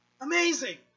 Amazing